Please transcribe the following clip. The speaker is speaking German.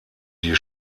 die